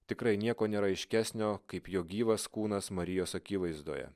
tikrai nieko nėra aiškesnio kaip jo gyvas kūnas marijos akivaizdoje